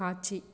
காட்சி